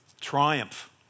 triumph